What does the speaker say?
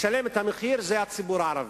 לשלם את המחיר, הציבור הערבי.